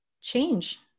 change